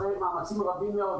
אחרי מאמצים גדולים מאוד,